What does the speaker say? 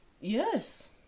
Yes